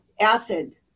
acid